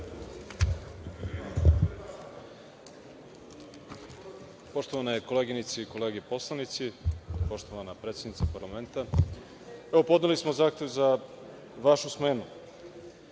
Poštovane koleginice i kolege poslanici, poštovana predsednice parlamenta, podneli smo zahtev za Vašu smenu